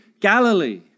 Galilee